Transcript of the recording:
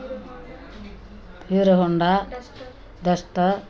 Hero Honda Hero Honda duster duster